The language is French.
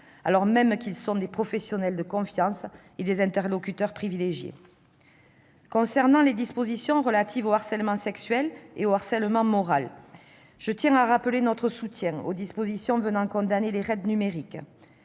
alors même qu'ils sont des professionnels de confiance et des interlocuteurs privilégiés. S'agissant des dispositions relatives au harcèlement sexuel et au harcèlement moral, je tiens à rappeler notre soutien aux mesures visant à condamner les raids numériques.